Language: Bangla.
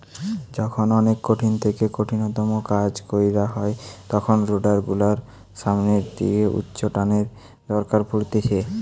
যখন অনেক কঠিন থেকে কঠিনতম কাজ কইরা হয় তখন রোডার গুলোর সামনের দিকে উচ্চটানের দরকার পড়তিছে